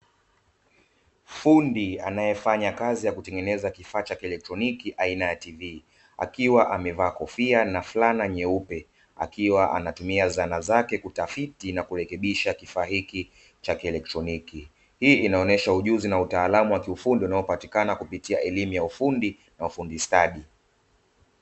Fundi anayefanya kazi ya kutengeneza kifaa cha kielektroniki aina ya tv, akiwa amevaa kofia na fulana nyeupe; akiwa anatumia zana zake kutafiti na kurekebisha kifaa hiki cha kielektroniki. Hii inaonyesha ujuzi na utaalamu wa kiufundi unaopatikana kupitia elimu ya ufundi na ufundi stadi.